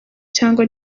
cyangwa